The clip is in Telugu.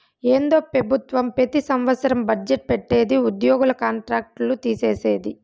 ఏందో పెబుత్వం పెతి సంవత్సరం బజ్జెట్ పెట్టిది ఉద్యోగుల కాంట్రాక్ట్ లు తీసేది